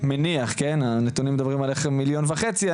הנתונים מדברים על מיליון וחצי,